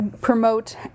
promote